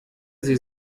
sie